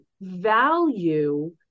value